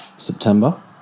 September